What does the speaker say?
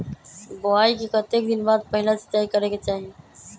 बोआई के कतेक दिन बाद पहिला सिंचाई करे के चाही?